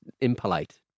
impolite